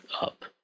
up